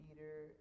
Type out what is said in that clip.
Peter